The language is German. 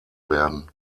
werden